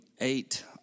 eight